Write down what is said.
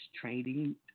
training